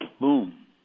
Boom